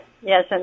Yes